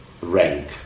rank